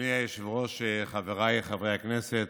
אדוני היושב-ראש, חבריי חברי הכנסת,